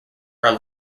are